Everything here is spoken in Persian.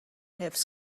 حفظ